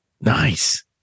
Nice